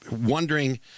wondering